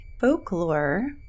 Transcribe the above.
folklore